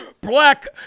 black